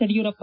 Yediyurappa